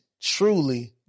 truly